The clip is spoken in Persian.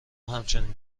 همچین